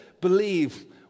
believe